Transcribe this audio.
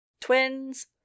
Twins